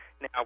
Now